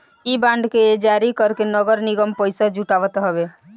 इ बांड के जारी करके नगर निगम पईसा जुटावत हवे